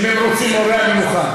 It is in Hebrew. אם הם רוצים מורה, אני מוכן.